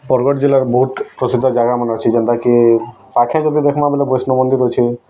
ବର୍ଗଡ଼୍ ଜିଲ୍ଲାର ବହୁତ୍ ପ୍ରସିଦ୍ଧ ଜାଗାମାନେ ଅଛେ ଯେନ୍ତାକି ପାଖେ ଯଦି ଦେଖ୍ମା ବଏଲେ ବୈଷ୍ଣ ମନ୍ଦିର୍ ଅଛେ